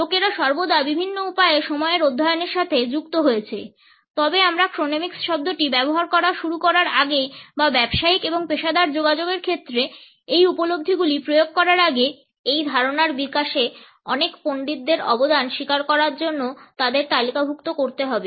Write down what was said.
লোকেরা সর্বদা বিভিন্ন উপায়ে সময়ের অধ্যয়নের সাথে যুক্ত হয়েছে তবে আমরা ক্রোনেমিক্স শব্দটি ব্যবহার করা শুরু করার আগে বা ব্যবসায়িক এবং পেশাদার যোগাযোগের ক্ষেত্রে এই উপলব্ধিগুলি প্রয়োগ করার আগে এই ধারণার বিকাশে অনেক পণ্ডিতদের অবদান স্বীকার করার জন্য তাদের তালিকাভুক্ত করতে হবে